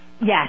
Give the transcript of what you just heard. Yes